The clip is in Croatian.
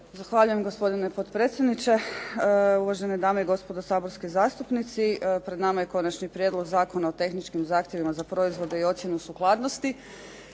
Zahvaljujem. Gospodine potpredsjedniče, uvažene dame i gospodo saborski zastupnici. Pred nama je Konačni prijedlog zakona o tehničkim zahtjevima za proizvode i ocjenu sukladnosti.